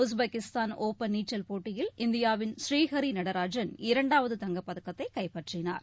Uzbekistan open நீச்சல் போட்டியில் இந்தியாவின் ஸ்ரீஹரி நடராஜன் இரண்டாவது தங்கப்பதக்கத்தை கைப்பற்றினார்